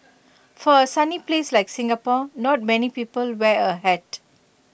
for A sunny place like Singapore not many people wear A hat